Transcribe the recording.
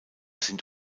sind